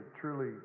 truly